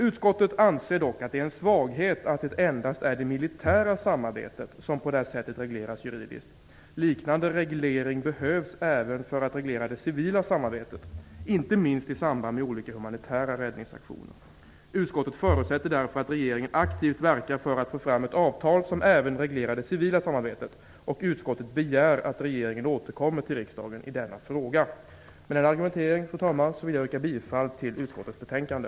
Utskottet anser dock att det är en svaghet att det endast är det militära samarbetet som på det här sättet regleras juridiskt. Liknande reglering behövs även för att reglera det civila samarbetet, inte minst i samband med olika humanitära räddningsaktioner. Utskottet förutsätter därför att regeringen aktivt verkar för att få fram ett avtal som även reglerar det civila samarbetet, och utskottet begär att regeringen återkommer till riksdagen i denna fråga. Fru talman! Med denna argumentering yrkar jag bifall till hemställan i utskottets betänkande.